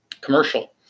commercial